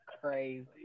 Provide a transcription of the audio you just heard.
crazy